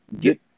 get